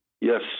Yes